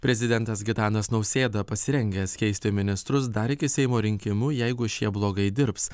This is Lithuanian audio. prezidentas gitanas nausėda pasirengęs keisti ministrus dar iki seimo rinkimų jeigu šie blogai dirbs